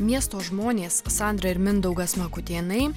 miesto žmonės sandra ir mindaugas makutėnui